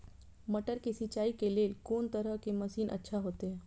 मटर के सिंचाई के लेल कोन तरह के मशीन अच्छा होते?